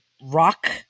Rock